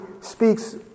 speaks